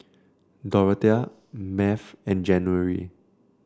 Dorathea Math and January